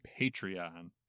Patreon